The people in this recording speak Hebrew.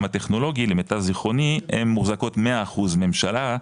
הטכנולוגי למיטב זכרוני הם מוחזקות 100% ממשלה,